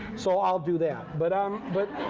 so i'll do that. but ah um but